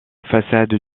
façade